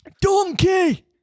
Donkey